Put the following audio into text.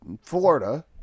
Florida